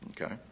okay